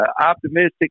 optimistic